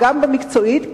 גם מקצועית,